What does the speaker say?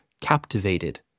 captivated